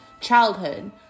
childhood